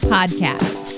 Podcast